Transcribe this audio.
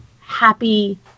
happy